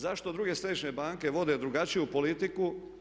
Zašto druge središnje banke vode drugačiju politiku?